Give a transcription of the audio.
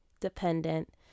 dependent